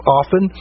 often